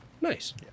Nice